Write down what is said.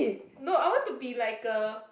no I want to be like a